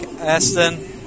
Aston